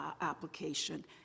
application